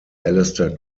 aleister